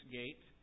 gate